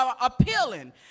appealing